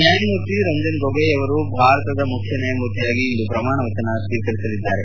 ನ್ನಾಯಮೂರ್ತಿ ರಂಜನ್ ಗೊಗೋಯ್ ಅವರು ಭಾರತದ ಮುಖ್ಯನ್ಯಾಯಮೂರ್ತಿಯಾಗಿ ಇಂದು ಪ್ರಮಾಣವಚನ ಸ್ತೀಕರಿಸಲಿದ್ದಾರೆ